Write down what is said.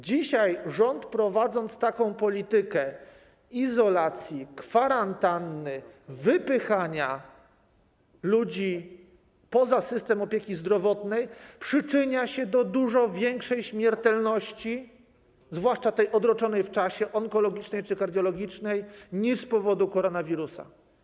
Dzisiaj rząd, prowadząc politykę izolacji, kwarantanny, wypychania ludzi poza system opieki zdrowotnej przyczynia się do dużo większej śmiertelności - zwłaszcza odroczonej w czasie, onkologicznej czy kardiologicznej - niż z powodu koronawirusa.